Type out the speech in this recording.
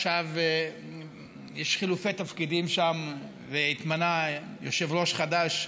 עכשיו יש חילופי תפקידים שם והתמנה יושב-ראש חדש,